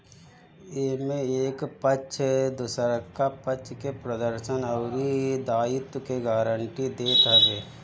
एमे एक पक्ष दुसरका पक्ष के प्रदर्शन अउरी दायित्व के गारंटी देत हवे